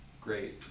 great